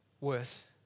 worth